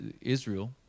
Israel